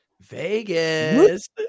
Vegas